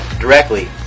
directly